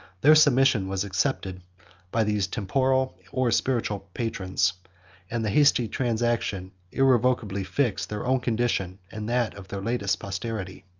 their submission was accepted by these temporal or spiritual patrons and the hasty transaction irrecoverably fixed their own condition, and that of their latest posterity.